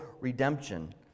redemption